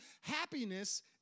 Happiness